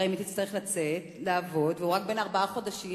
הרי אם היא תצטרך לצאת לעבוד והוא רק בן ארבעה חודשים,